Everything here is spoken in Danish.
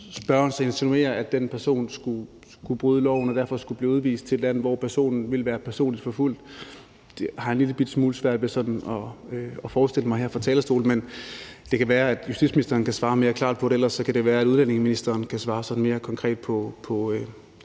spørgeren så insinuerer, at den person skulle bryde loven og derfor skulle blive udvist til et land, hvor personen ville være personligt forfulgt. Det har jeg en lillebitte smule svært ved sådan at forestille mig her fra talerstolen. Men det kan være, at justitsministeren kan svare mere klart på det, og ellers kan det være, at udlændingeministeren kan svare mere konkret på det